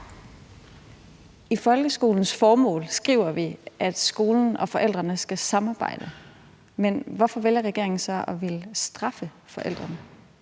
I folkeskolens formål skriver vi, at skolen og forældrene skal samarbejde, men hvorfor vælger regeringen så at ville straffe forældrene?